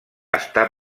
està